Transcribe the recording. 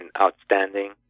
outstanding